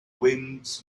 winds